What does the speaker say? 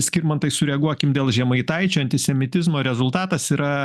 skirmantai suredaguokim dėl žemaitaičio antisemitizmo rezultatas yra